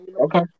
Okay